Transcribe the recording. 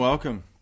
Welcome